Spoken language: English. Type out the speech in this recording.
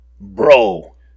bro